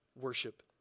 worship